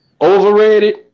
Overrated